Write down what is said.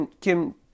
Kim